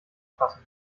passen